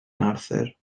arthur